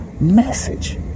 message